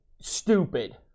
stupid